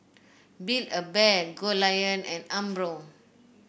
Build A Bear Goldlion and Umbro